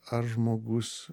ar žmogus